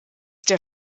der